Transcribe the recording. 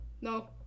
no